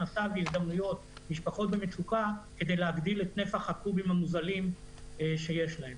על מנת להגדיל את נפח המים המוזל העומד לרשותם.